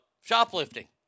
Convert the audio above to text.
shoplifting